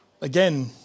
Again